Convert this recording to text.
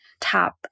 Top